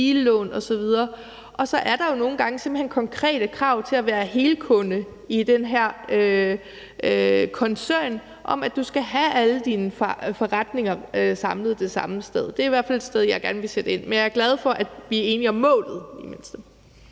billån osv., og så er der jo nogle gange simpelt hen konkrete krav til at være helkunde i den her koncern og til at have alle sine forretninger samlet det samme sted. Det er i hvert fald et sted, jeg gerne vil sætte ind, men jeg er glad for, at vi i det mindste